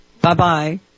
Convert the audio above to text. Bye-bye